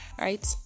right